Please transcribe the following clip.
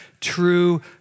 true